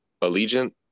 Allegiant